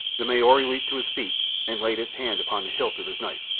the maori leaped to his feet and laid his hand upon the hilt of his knife.